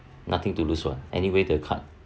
nothing to lose one anyway the card